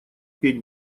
петь